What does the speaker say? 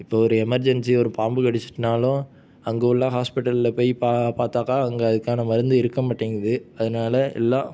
இப்போது ஒரு எமர்ஜென்சி ஒரு பாம்பு கடித்துட்டுனாலும் அங்கே உள்ள ஹாஸ்பிடலில் போய் பா பார்த்தாக்கா அங்கே அதுக்கான மருந்து இருக்க மாட்டேங்குது அதனால் எல்லாம்